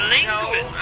no